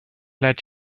let